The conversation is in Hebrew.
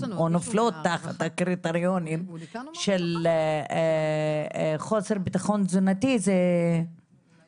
שנופלות תחת הקריטריונים של חוסר ביטחון תזונתי --- אולי